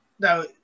Now